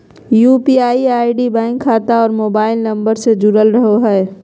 UPI ID bank खाता और mobile number से से जुरल रहो हइ